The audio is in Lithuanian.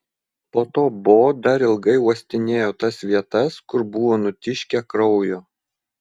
po to bo dar ilgai uostinėjo tas vietas kur buvo nutiškę kraujo